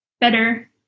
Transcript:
better